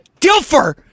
Dilfer